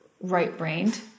right-brained